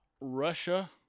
Russia